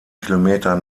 kilometer